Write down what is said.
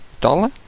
dollar